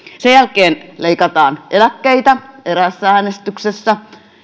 sen jälkeen leikataan eläkkeitä eräässä äänestyksessä